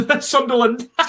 Sunderland